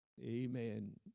Amen